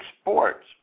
sports